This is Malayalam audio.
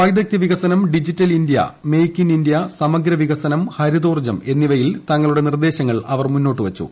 വൈദഗ്ദ്ധ്യ വികസനം digital India make in India സമഗ്ര വികസനം ഹരിതോർജം എന്നിവയിൽ തങ്ങളുടെ നിർദ്ദേശങ്ങൾ അവർ മുന്നോട്ട് വച്ചു